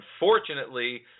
Unfortunately